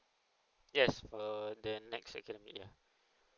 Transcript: yes uh the next academic yeah